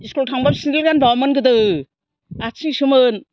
स्कुलआव थांबा सिन्देल गानबावामोन जोङो आथिंसोमोन